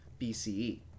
BCE